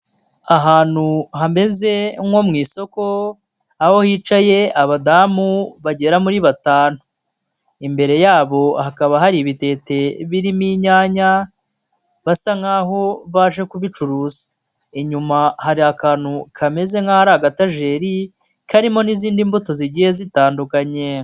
Ahantu hameze nko mu isoko, aho hicaye abadamu bagera muri batanu, imbere yabo hakaba hari ibitete birimo inyanya, basa nkaho baje kubicuruza, inyuma hari akantu kameze nkaho ari agatajeri, karimo n'izindi mbuto zigiye zitandukanye.